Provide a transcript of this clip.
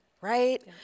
right